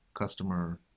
customer